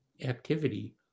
activity